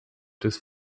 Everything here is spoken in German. des